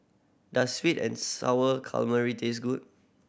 does sweet and Sour Calamari taste good